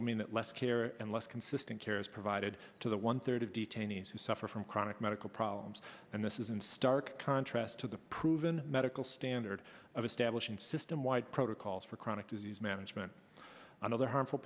will mean that less care and less consistent care is provided to the one third of detainees who suffer from chronic medical problems and this is in stark contrast to the proven medical standard of establishing system wide protocols for chronic disease management and other harmful